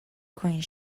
going